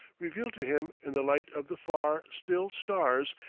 revealed to him in the light of the far, still stars,